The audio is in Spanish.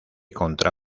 contra